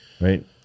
right